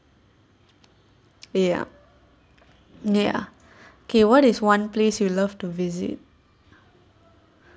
ya ya K what is one place you love to visit